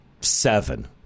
seven